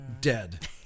dead